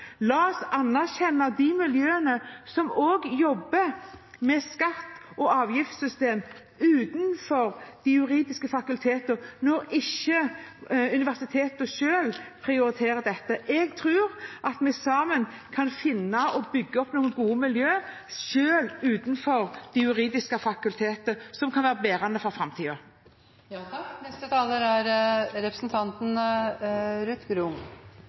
La oss anerkjenne også de miljøene som jobber med skatte- og avgiftssystemer utenfor de juridiske fakultetene, når universitetene selv ikke prioriterer dette. Jeg tror at vi sammen kan finne og bygge opp noen gode miljøer selv utenfor de juridiske fakultetene som kan være bærende for framtiden. Jeg tror jeg må gjenta litt av det jeg sa innledningsvis, og det er